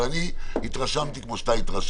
אבל התרשמתי כמו שאתה התרשמת.